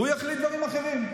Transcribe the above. והוא יחליט דברים אחרים,